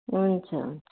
हुन्छ हुन्छ